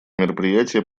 мероприятие